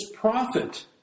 prophet